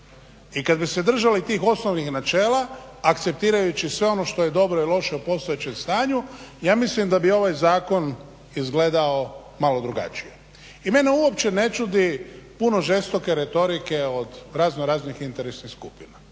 I kad bi se držali tih osnovnih načela akceptirajući sve ono što je dobro i loše u postojećem stanju ja mislim da bi ovaj zakon izgledao malo drugačije. I mene uopće ne čudi puno žestoke retorike od razno raznih interesnih skupina,